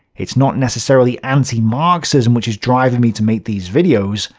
it's not necessarily anti-marxism which is driving me to make these videos,